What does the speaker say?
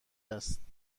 است